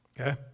Okay